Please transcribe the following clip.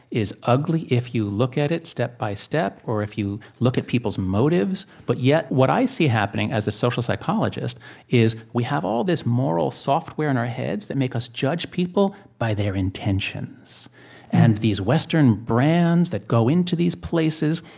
is ugly if you look at it step-by-step, or if you look at people's motives. but, yet, what i see happening as a social psychologist is we have all this moral software in our heads that make us judge people by their intentions and these western brands that go into these places,